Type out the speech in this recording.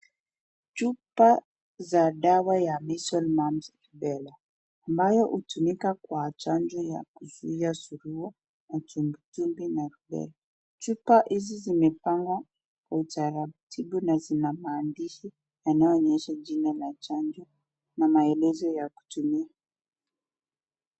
Chupa za dawa ya measles mumps rubella , ambayo hutumika kwa chanjo ya kuzuia surua na matumbwitumbwi na rubella. Chupa hizi zimepangwa kwa utaratibu na zina maandishi yanayoonyesha jina la chanjo na maelezo ya kutumia.